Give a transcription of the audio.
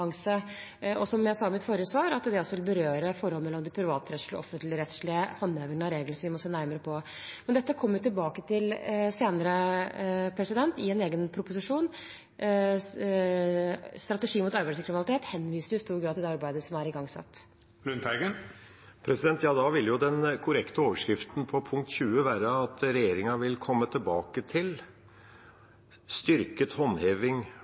Som jeg sa i mitt forrige svar, vil det også berøre forholdet mellom den privatrettslige og den offentligrettslige håndhevingen av reglene, som vi må se nærmere på. Men dette kommer vi tilbake til senere, i en egen proposisjon. Strategien mot arbeidslivkriminalitet henviser i stor grad til det arbeidet som er igangsatt. Da ville den korrekte overskriften til punkt 20 være at regjeringa vil komme tilbake til styrket håndheving